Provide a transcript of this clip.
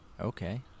Okay